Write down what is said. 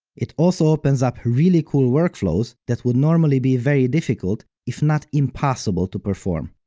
it also opens up really cool workflows that would normally be very difficult, if not impossible to perform.